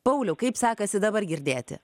pauliau kaip sekasi dabar girdėti